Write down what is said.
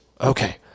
Okay